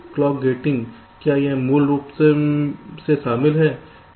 clock getting क्या यह मूल रूप से शामिल है